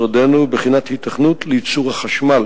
במכלול השיקולים הרלוונטיים את הסכנות